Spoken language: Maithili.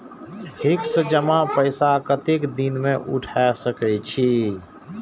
फिक्स जमा पैसा कतेक दिन में उठाई सके छी?